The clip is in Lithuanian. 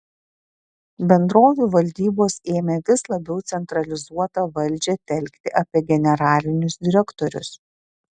bendrovių valdybos ėmė vis labiau centralizuotą valdžią telkti apie generalinius direktorius